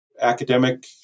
academic